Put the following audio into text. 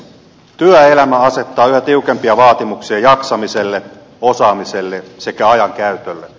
työelämä asettaa yhä tiukempia vaatimuksia jaksamiselle osaamiselle sekä ajankäytölle